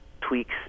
tweaks